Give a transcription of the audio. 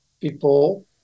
people